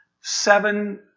Seven